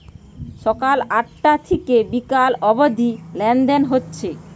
সকাল আটটা থিকে বিকাল অব্দি লেনদেন হচ্ছে